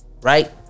Right